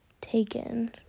taken